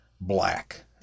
black